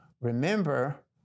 Remember